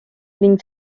ning